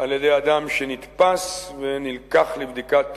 על-ידי אדם שנתפס ונלקח לבדיקת